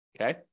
okay